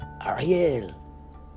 Ariel